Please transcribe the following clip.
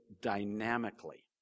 dynamically